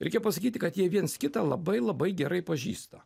reikia pasakyti kad jie viens kitą labai labai gerai pažįsta